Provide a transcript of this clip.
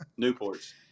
Newports